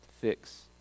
fix